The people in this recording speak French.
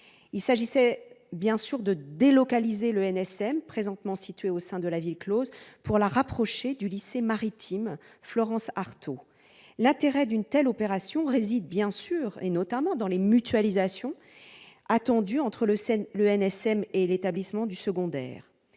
Il s'agissait de délocaliser l'ENSM, présentement située au sein de la ville close, pour la rapprocher du lycée public maritime Florence-Arthaud. L'intérêt d'une telle opération réside notamment dans les mutualisations attendues entre l'ENSM et l'établissement du secondaire.